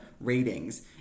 ratings